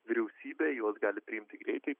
vyriausybė juos gali priimti greitai